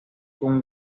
con